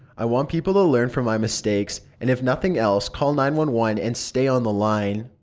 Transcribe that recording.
i want people to learn from my mistakes, and if nothing else, call nine one one and stay on the line.